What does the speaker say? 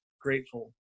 grateful